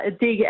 dig